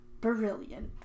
brilliant